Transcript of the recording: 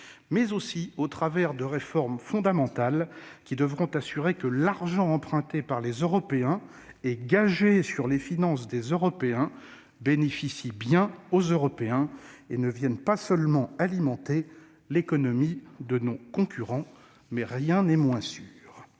mais aussi du financement de réformes fondamentales qui devront assurer que l'argent emprunté par les Européens et gagé sur les finances des Européens bénéficie bien aux Européens et ne contribue pas seulement à alimenter l'économie de nos concurrents. Rien n'est moins sûr